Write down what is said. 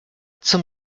zum